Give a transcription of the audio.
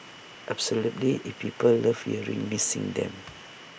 absolutely if people love hearing me sing them